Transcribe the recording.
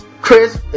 Chris